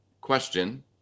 question